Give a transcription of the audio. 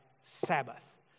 Sabbath